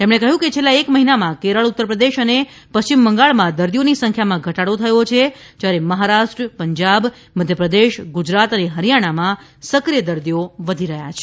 તેમણે કહ્યું કે છેલ્લા એક મહિનામાં કેરળ ઉત્તર પ્રદેશ અને પશ્ચિમ બંગાળમાં દર્દીઓની સંખ્યામાં ઘટાડો થયો છે જ્યારે મહારાષ્ટ્ર પંજાબ મધ્યપ્રદેશ ગુજરાત અને હરિયાણામાં સક્રિય દર્દીઓ વધી રહ્યા છે